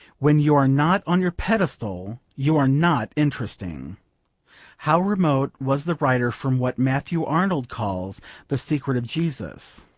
when you are not on your pedestal you are not interesting how remote was the writer from what matthew arnold calls the secret of jesus